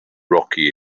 rocky